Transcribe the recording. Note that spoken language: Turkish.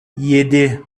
yedi